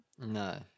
No